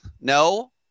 No